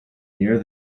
near